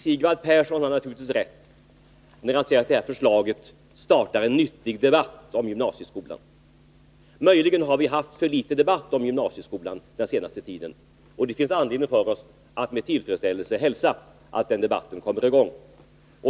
Sigvard Persson har naturligtvis rätt när han säger att det här förslaget har startat en nyttig debatt om gymnasieskolan. Möjligen har vi haft för litet debatt om den under den senaste tiden, och vi har därför anledning att hälsa med tillfredsställelse att den debatten har kommit i gång.